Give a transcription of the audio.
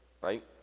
right